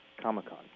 Comic-Con